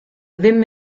ddim